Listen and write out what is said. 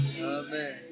Amen